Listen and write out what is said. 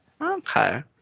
Okay